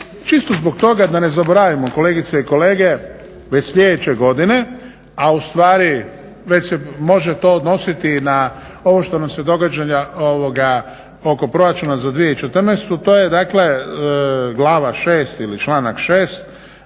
čisto zbog toga da ne zaboravimo kolegice i kolege već sljedeće godine, a ustvari već se može to odnositi i na ovo što nam se događa oko Proračuna za 2014. to je dakle glava 6. ili članak 6.